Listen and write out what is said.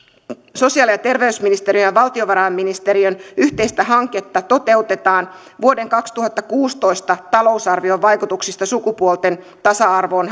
sosiaali ja terveysministeriön ja valtiovarainministeriön yhteistä hanketta toteutetaan arviointi vuoden kaksituhattakuusitoista talousarvion vaikutuksista sukupuolten tasa arvoon